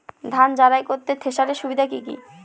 ধান ঝারাই করতে থেসারের সুবিধা কি কি?